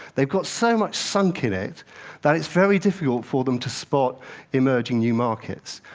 they've got so much sunk in it that it's very difficult for them to spot emerging new markets.